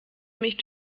mich